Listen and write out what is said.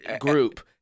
group